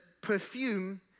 perfume